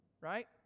Right